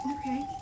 Okay